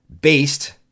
based